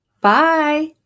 Bye